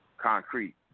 Concrete